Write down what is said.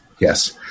Yes